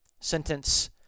sentence